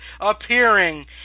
appearing